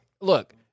look